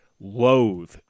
loathe